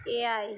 AI